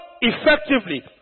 effectively